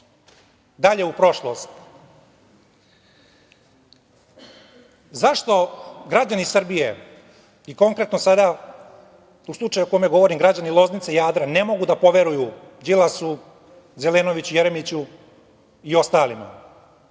dalje u prošlost. Zašto građani Srbije i konkretno sada u slučaju o kome govorim, građani Loznice i Jadra, ne mogu da poveruju Đilasu, Zelenoviću, Jeremiću i ostalima?